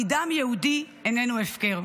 כי דם יהודי איננו הפקר.